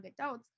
adults